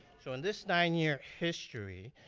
so in this nine year history,